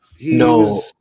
No